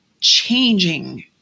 changing